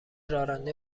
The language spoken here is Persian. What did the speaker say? راننده